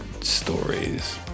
stories